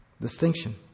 Distinction